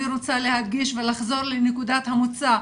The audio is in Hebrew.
אני רוצה להדגיש ולחזור לנקודת המוצא,